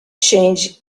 change